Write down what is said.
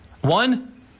One